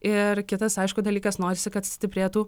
ir kitas aišku dalykas norisi kad stiprėtų